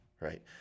right